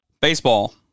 baseball